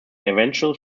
eventual